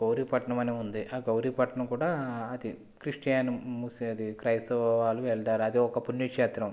గౌరీపట్నం అని ఉంది ఆ గౌరీపట్నం కూడా అది క్రిస్టియన్ ముస్ అది క్రైస్తవులు వెళతారు అది ఒక పుణ్యక్షేత్రం